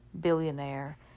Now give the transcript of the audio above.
billionaire